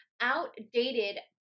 outdated